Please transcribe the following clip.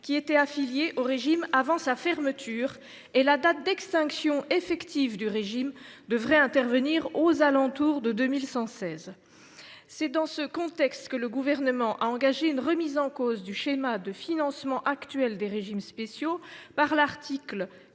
qui étaient affiliés au régime avant sa fermeture, et la date d’extinction effective du régime devrait intervenir aux alentours de 2116. C’est dans ce contexte que le Gouvernement a engagé une remise en cause du schéma de financement actuel des régimes spéciaux, par l’article